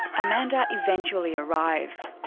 amanda eventually arrives.